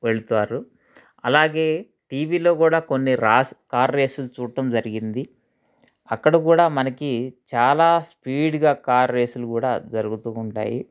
వెళతారు అలాగే టీవీలో కూడా కొన్ని రేస్ కార్ రేస్లు చూడటం జరిగింది అక్కడ కూడా మనకి చాలా స్పీడ్గా కారు రేస్లు కూడా జరుగుతూ ఉంటాయి